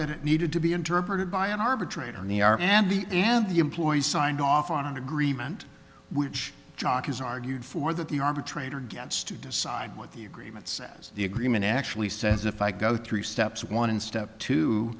that it needed to be interpreted by an arbitrator and the r and b and the employees signed off on an agreement which jockeys argued for that the arbitrator gets to decide what the agreement says the agreement actually says if i go three steps one in step t